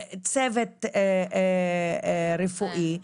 צוות רפואי,